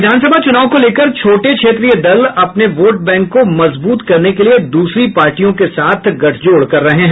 विधानसभा चुनाव को लेकर छोटे क्षेत्रीय दल अपने वोट बैंक को मजबूत करने के लिए दूसरी पार्टियों के साथ गठजोड़ कर रहे हैं